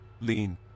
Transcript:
lean